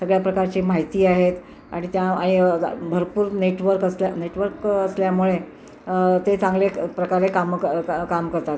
सगळ्या प्रकारचे माहिती आहेत आणि त्या आहे भरपूर नेटवर्क असल्या नेटवर्क असल्यामुळे ते चांगल्या क प्रकारे कामं क क काम करतात